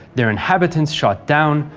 their inhabitants shot down,